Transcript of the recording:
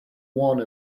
one